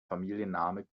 familienname